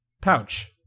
pouch